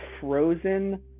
frozen